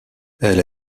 elle